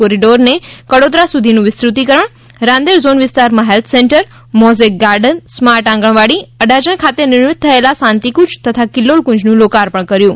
કોરિડોરને કડોદરા સુધીનું વિસ્તૃતીકરણ રાંદેર ઝોન વિસ્તારમાં health centre mosaic garden smart anganwadi Adajan ખાતે નિર્મિત થયેલા શાંતિકુંજ તથા કિલ્લોલ કુંજનું લોકાર્પણ કર્યુ